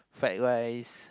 fried rice